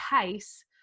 case